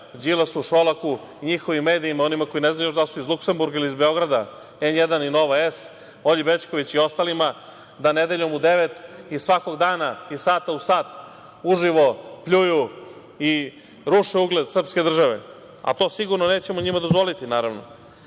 Đilasu, Šolaku, njihovim medijima, onima koji ne znaju još da li su iz Luksemburga ili iz Beograda, N1 i Nova S, Olji Bećković i ostalima, da nedeljom u devet, i svakog dana iz sata u sat, uživo pljuju i ruše ugled srpske države, a to sigurno nećemo njima dozvoliti, naravno. Takođe,